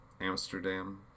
Amsterdam